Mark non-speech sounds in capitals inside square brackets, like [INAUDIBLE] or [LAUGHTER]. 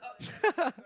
[LAUGHS]